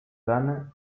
ghana